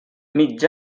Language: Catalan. mig